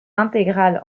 intégral